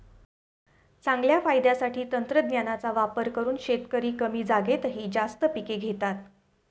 चांगल्या फायद्यासाठी तंत्रज्ञानाचा वापर करून शेतकरी कमी जागेतही जास्त पिके घेतात